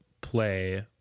play